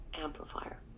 amplifier